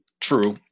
True